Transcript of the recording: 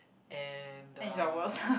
and the